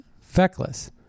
feckless